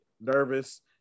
nervous